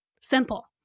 Simple